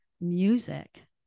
music